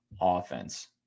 offense